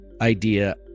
idea